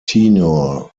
tenure